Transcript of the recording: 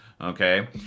Okay